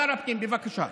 בבקשה.